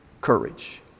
courage